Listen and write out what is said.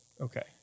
Okay